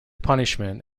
punishment